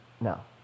no